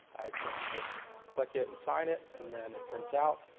i can just click it and sign it and then it prints out.